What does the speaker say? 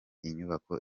inyubako